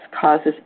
causes